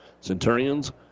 Centurions